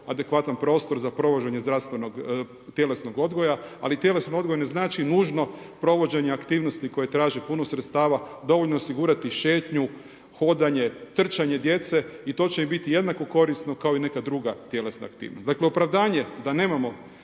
adekvatan prostor za provođenje zdravstvenog, tjelesnog odgoja, ali tjelesni odgoj ne znači nužno provođenje aktivnosti koje traže puno sredstava, dovoljno je osigurati šetnju, hodanje, trčanje djece i to će im biti jednako korisno kao i neka druga tjelesna aktivnost. Opravdanje da nemamo